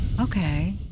okay